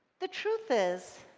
the truth is,